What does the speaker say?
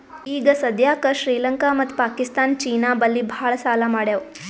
ಈಗ ಸದ್ಯಾಕ್ ಶ್ರೀಲಂಕಾ ಮತ್ತ ಪಾಕಿಸ್ತಾನ್ ಚೀನಾ ಬಲ್ಲಿ ಭಾಳ್ ಸಾಲಾ ಮಾಡ್ಯಾವ್